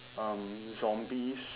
um zombies